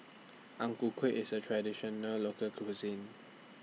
Ang Ku Kueh IS A Traditional Local Cuisine